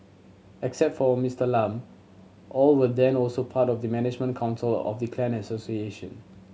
except for Mister Lam all were then also part of the management council of the clan association